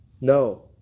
No